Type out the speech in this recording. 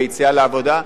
ביציאה לעבודה,